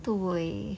对